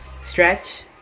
stretch